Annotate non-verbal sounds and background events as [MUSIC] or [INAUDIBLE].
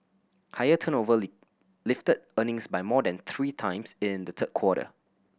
higher turnover [UNINTELLIGIBLE] lifted earnings by more than three times in the third quarter